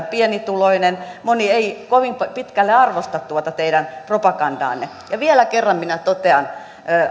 pienituloinen moni ei kovin pitkälle arvosta tuota teidän propagandaanne ja vielä kerran minä totean